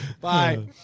Bye